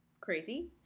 Crazy